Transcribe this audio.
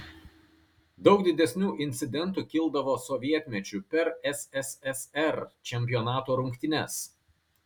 daug didesnių incidentų kildavo sovietmečiu per sssr čempionato rungtynes